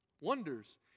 Wonders